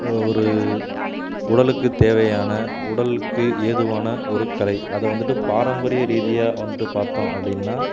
ஒ ஒரு உடலுக்கு தேவையான உடலுக்கு ஏதுவான ஒரு கலை அதை வந்துவிட்டு பாரம்பரிய ரீதியாக வந்துவிட்டு பார்த்தோம் அப்படின்னா